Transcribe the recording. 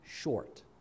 short